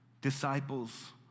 disciples